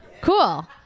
Cool